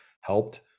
helped